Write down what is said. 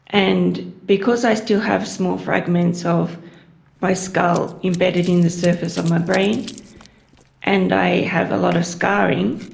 and because i still have small fragments of my skull embedded in the surface of my brain and i have a lot of scarring,